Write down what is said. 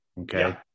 okay